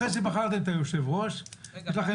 אחרי שבחרתם את היושב ראש יש לכם